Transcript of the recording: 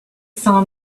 saw